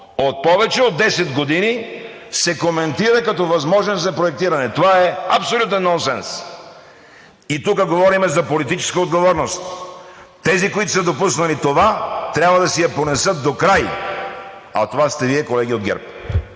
ПУП повече от 10 години, се коментира като възможен за проектиране! Това е абсолютен нонсенс! И тук говорим за политическа отговорност. Тези, които са допуснали това, трябва да си я понесат докрай, а това сте Вие, колеги от ГЕРБ.